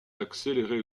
accélérer